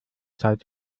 zeit